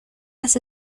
las